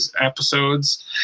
episodes